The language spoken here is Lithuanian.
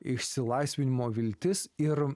išsilaisvinimo viltis ir